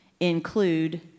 include